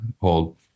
hold